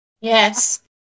Yes